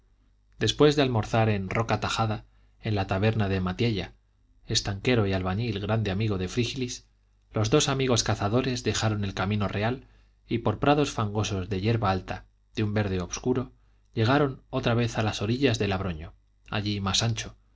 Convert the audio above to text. después de almorzar en roca tajada en la taberna de matiella estanquero y albañil grande amigo de frígilis los dos amigos cazadores dejaron el camino real y por prados fangosos de hierba alta de un verde obscuro llegaron otra vez a las orillas del abroño allí más ancho